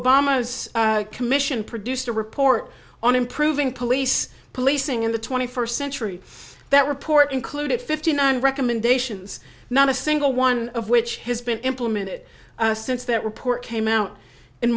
obama's commission produced a report on improving police policing in the twenty first century that report included fifty nine recommendations not a single one of which has been implemented since that report came out in